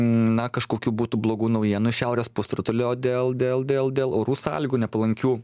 na kažkokių būtų blogų naujienų iš šiaurės pusrutulio dėl dėl dėl dėl orų sąlygų nepalankių